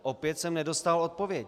Opět jsem nedostal odpověď.